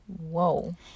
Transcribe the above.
Whoa